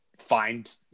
find